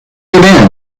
have